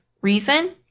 reason